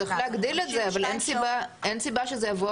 צריך להגדיל את זה אבל אין סיבה שזה יבוא